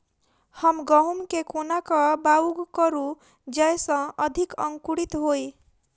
हम गहूम केँ कोना कऽ बाउग करू जयस अधिक अंकुरित होइ?